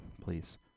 please